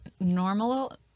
normal